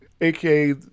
aka